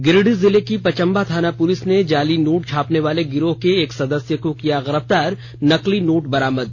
गिरिडीह जिले की पचम्बा थाना पुलिस ने जाली नोट छापने वाले गिरोह के एक सदस्य को किया गिरफ्तार नकली नोट बरामद